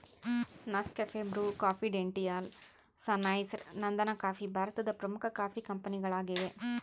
Nescafe, Bru, confidential, Sunrise, ನಂದನಕಾಫಿ ಭಾರತದ ಪ್ರಮುಖ ಕಾಫಿ ಕಂಪನಿಗಳಾಗಿವೆ